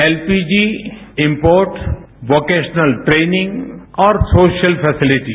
LPG import vocational training और social facility